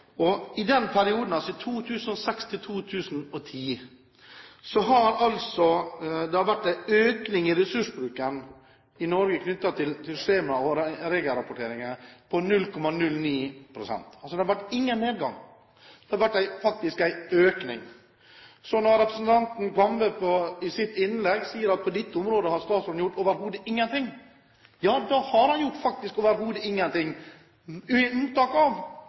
I den perioden, altså i perioden 2006–2010, har det vært en økning i ressursbruken i Norge knyttet til skjemaer og regelrapporteringer på 0,09 pst. Det har altså ikke vært noen nedgang, det har faktisk vært en økning. Så når representanten Kambe i sitt innlegg sier at på dette området har statsråden overhodet ikke gjort noen ting, ja da har han faktisk gjort ingenting overhodet, med unntak av at man faktisk